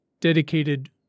dedicated